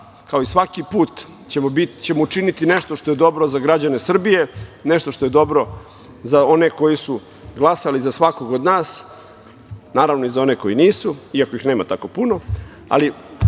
kao i svaki put, ćemo učiniti nešto što je dobro za građane Srbije, nešto što je dobro za one koji su glasali za svakog od nas, naravno i za one koji nisu, iako ih nema tako puno, ali